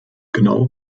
genau